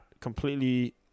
completely –